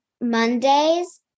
Mondays